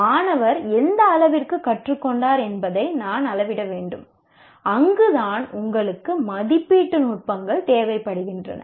மாணவர் எந்த அளவிற்கு கற்றுக்கொண்டார் என்பதை நான் அளவிட வேண்டும் அங்குதான் உங்களுக்கு மதிப்பீட்டு நுட்பங்கள் தேவைப்படுகின்றன